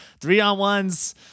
three-on-ones